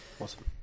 awesome